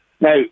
Now